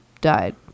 died